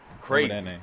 Crazy